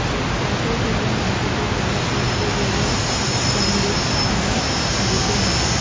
চাষের জন্য মাটিকে ভালো করতে গেলে কন্ডিশনার দিতে হয়